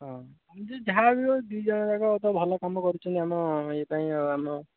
ହଁ ଯେ ଯାହା ବି ହଉ ଦୁଇ ଜଣ ଯାକ ତ ଭଲ କାମ କରୁଛନ୍ତି ଆମ ଇଏ ପାଇଁ ଆଉ ଆମ